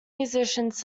musicians